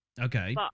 okay